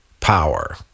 power